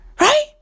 right